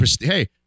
Hey